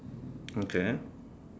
okay